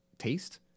taste